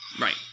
Right